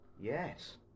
Yes